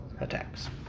attacks